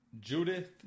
Judith